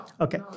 Okay